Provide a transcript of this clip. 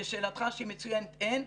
לשאלתך שהיא מצוינת, אין.